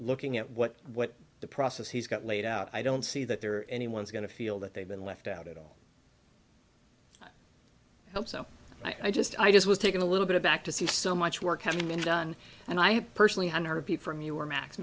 looking at what what the process he's got laid out i don't see that there are any one's going to feel that they've been left out it all helps so i just i just was taking a little bit of back to see so much work having been done and i personally hundred p from your max